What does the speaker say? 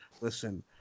listen